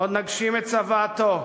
עוד נגשים את צוואתו.